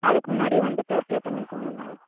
அதுக்கு முன்னாடியே வந்துட்டு அப்ளே பண்ணிக்கோங்க இங்கே